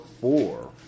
four